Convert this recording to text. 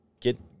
get